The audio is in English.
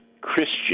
Christian